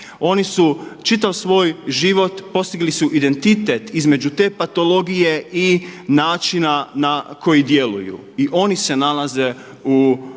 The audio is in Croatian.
Oni su čitav svoj život postigli su identitet između te patologije i načina na koji djeluju. I oni se nalaze u